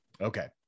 Okay